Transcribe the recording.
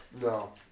No